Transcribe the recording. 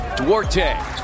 Duarte